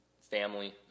family